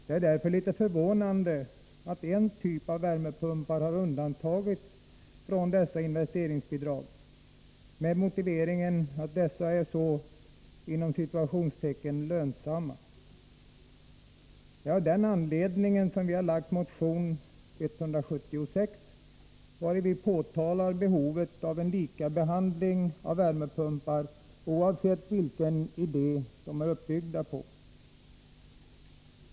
Det är emellertid litet förvånande att en typ av värmepumpar har undantagits från detta investeringsbidrag med motiveringen att dessa pumpar är så ”lönsamma”. Det är av den anledningen som vi har väckt motion 1983/84:176, vari vi påtalar behovet av en likabehandling av värmepumpar oavsett vilken idé de är uppbyggda på.